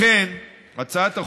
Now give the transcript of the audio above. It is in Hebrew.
אדוני היושב-ראש,